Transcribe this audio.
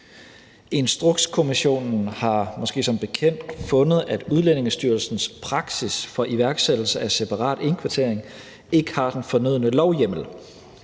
Instrukskommissionen har måske som bekendt fundet, at Udlændingestyrelsens praksis for iværksættelse af separat indkvartering ikke har den fornødne lovhjemmel.